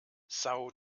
são